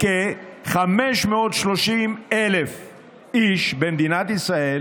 כ-530,000 איש במדינת ישראל